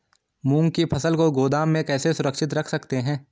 मूंग की फसल को गोदाम में कैसे सुरक्षित रख सकते हैं?